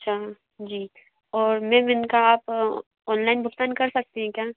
अच्छा जी और मेंम इनका आप ऑनलाइन भुगतान कर सकती हैं क्या